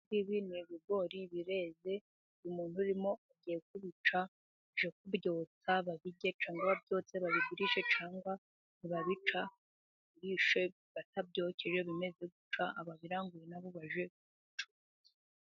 Ibi ngibi ni ibigori bireze. Umuntu urimo agiye kubica aje kubyotsa babirye cyangwa babyotse babigurishe, cyangwa nibabica babigurishe batabyokeje bimeze gutya. Ababiranguye na bo baje kubicuruza.